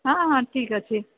ହଁ ହଁ ଠିକ୍ ଅଛି